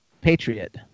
Patriot